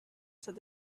said